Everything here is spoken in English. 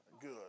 good